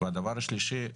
הדבר השלישי,